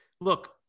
look